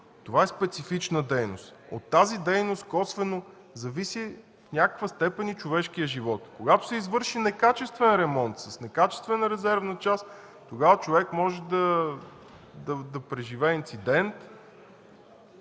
това е специфична дейност, от тази дейност косвено зависи в някаква степен и човешкият живот. Когато се извърши некачествен ремонт, с некачествена резервна част, тогава човек може да преживее инцидент.